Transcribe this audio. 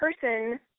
person